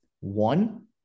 One